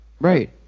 right